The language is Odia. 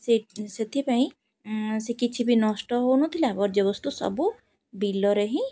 ସେ ସେଥିପାଇଁ ସେ କିଛି ବି ନଷ୍ଟ ହଉ ନ ଥିଲା ବର୍ଜ୍ୟବସ୍ତୁ ସବୁ ବିଲରେ ହିଁ